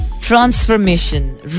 transformation